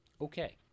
Okay